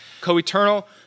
co-eternal